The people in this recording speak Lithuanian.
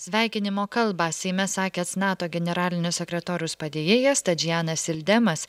sveikinimo kalbą seime sakęs nato generalinio sekretoriaus padėjėjas tadžianas ildemas